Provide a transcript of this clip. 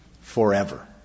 forever